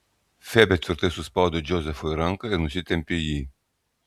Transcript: febė tvirtai suspaudė džozefui ranką ir nusitempė jį